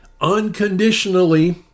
unconditionally